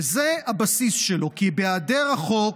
וזה הבסיס שלו, כי בהיעדר החוק,